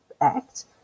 act